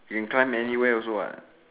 you can climb anywhere also what